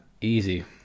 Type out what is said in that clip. easy